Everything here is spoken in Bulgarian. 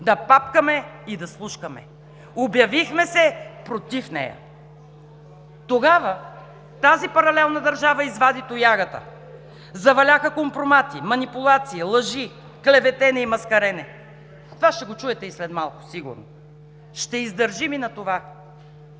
да папкаме и да слушкаме. Обявихме се против нея. Тогава тази паралелна държава извади тоягата – заваляха компромати, манипулации, лъжи, клеветене и маскарене. Това ще го чуете и след малко, сигурно е. Ще издържим и на това.